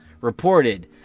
reported